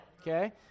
Okay